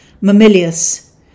Mamilius